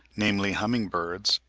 namely humming-birds,